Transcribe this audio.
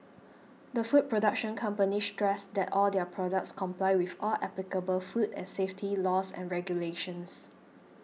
the food production company stressed that all their products comply with all applicable food and safety laws and regulations